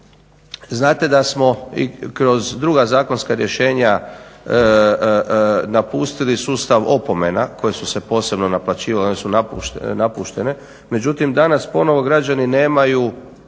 znate da smo i kroz druga zakonska rješenja napustili sustav opomena koje su se posebno naplaćivale. One su napuštene. Međutim, danas ponovo građani nemaju